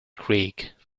creek